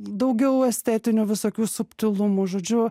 daugiau estetinių visokių subtilumų žodžiu